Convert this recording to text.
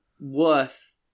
worth